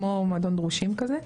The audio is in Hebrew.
כמו מועדון דרושים כזה,